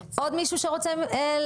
עוד מישהו שרוצה להעיר?